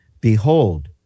Behold